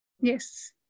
Yes